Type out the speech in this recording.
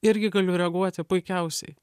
irgi galiu reaguoti puikiausiai